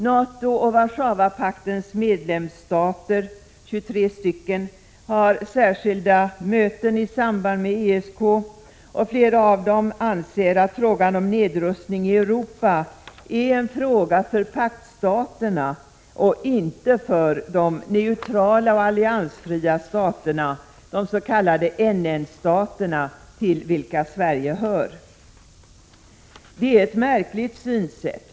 NATO och Warszawapakternas medlemsstater — 23 stycken — har särskilda möten i samband med ESK. Flera av dem anser att frågan om nedrustning i Europa är en fråga för paktstaterna och inte för de neutrala och alliansfria staterna — de s.k. NN-staterna — till vilka Sverige hör. Det är ett märkligt synsätt.